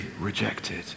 rejected